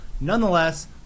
Nonetheless